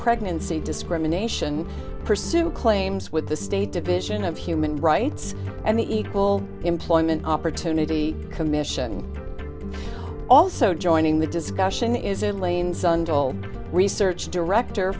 pregnancy discrimination pursue claims with the state division of human rights and the equal employment opportunity commission also joining the discussion is elaine sundial research director